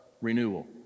renewal